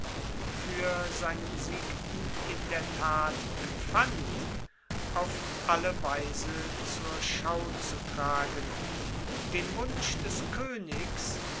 fuer seine besiegten in der tat empfand auf alle weise zur schau zu tragen den wunsch des koenigs